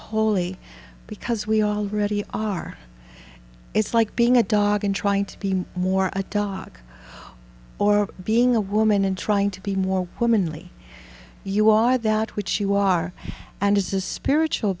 holy because we already are it's like being a dog and trying to be more a dark or being a woman and trying to be more womanly you are that which you are and as a spiritual